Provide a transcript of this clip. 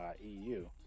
EU